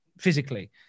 physically